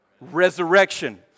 Resurrection